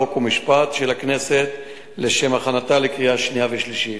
חוק ומשפט של הכנסת לשם הכנתה לקריאה שנייה ושלישית.